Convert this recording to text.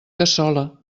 cassola